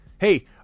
Hey